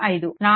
5 2